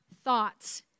thoughts